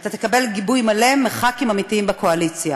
אתה תקבל גיבוי מלא מח"כים אמיתיים בקואליציה.